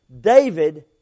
David